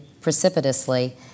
precipitously